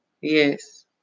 Yes